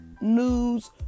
news